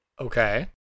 Okay